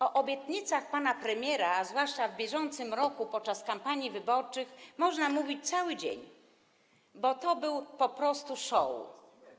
O obietnicach pana premiera, zwłaszcza tych, które padły w bieżącym roku podczas kampanii wyborczych, można mówić cały dzień, bo to był po prostu show.